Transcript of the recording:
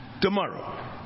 tomorrow